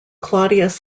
claudius